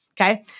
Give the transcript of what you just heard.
Okay